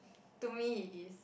to me it is